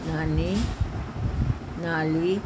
ਨਾਨੀ ਨਾਲ ਹੀ